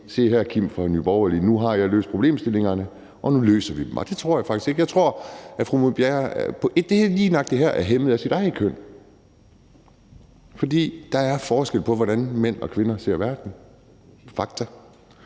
Se her, Kim fra Nye Borgerlige, nu har jeg løst problemstillingerne, og nu løser vi dem. Det tror jeg faktisk ikke. Jeg tror, fru Marie Bjerre lige nøjagtig her er hæmmet af sit eget køn, for der er forskel på, hvordan mænd og kvinder ser verden. Det